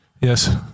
Yes